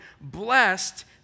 blessed